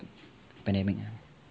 pandemic